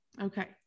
Okay